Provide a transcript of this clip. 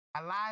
alive